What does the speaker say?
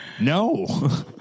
No